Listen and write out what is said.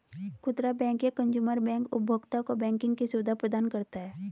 खुदरा बैंक या consumer bank उपभोक्ताओं को बैंकिंग की सुविधा प्रदान करता है